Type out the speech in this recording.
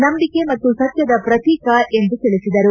ನಂಬಿಕೆ ಮತ್ತು ಸತ್ನದ ಪ್ರತೀಕ ಎಂದು ತಿಳಿಸಿದರು